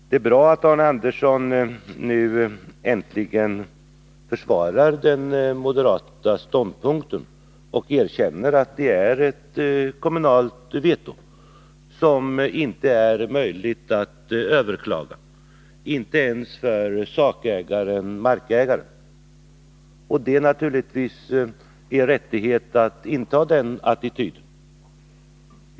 Det är bra att Arne Andersson i Ljung nu äntligen försvarar den moderata ståndpunkten och erkänner att det finns ett kommunalt veto, som det inte är möjligt att överklaga, inte ens för sakägaren-markägaren. Det är naturligtvis er rättighet att inta den attityden.